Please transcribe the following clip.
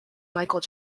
michael